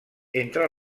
entre